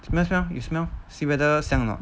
smell smell you smell see whether 香 or not